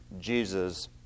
Jesus